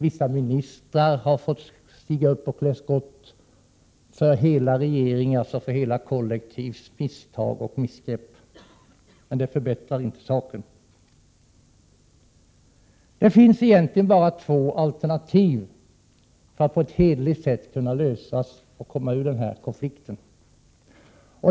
Vissa ministrar har fått stiga upp och klä skott för hela regeringars och hela kollektivs misstag och missgrepp, men det förbättrar inte saken. Det finns egentligen bara två alternativ för att på ett hederligt sätt komma ur den här konflikten.